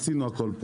עשינו הכל פה,